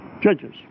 Judges